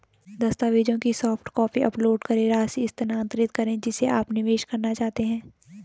दस्तावेजों की soft copy upload करें, राशि स्थानांतरित करें जिसे आप निवेश करना चाहते हैं